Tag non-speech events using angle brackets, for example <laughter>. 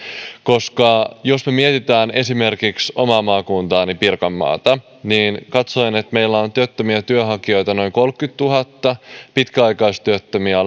koska jos me mietimme esimerkiksi omaa maakuntaani pirkanmaata niin katsoin että meillä on työttömiä työnhakijoita noin kolmekymmentätuhatta pitkäaikaistyöttömiä <unintelligible>